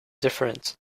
different